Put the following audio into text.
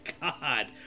God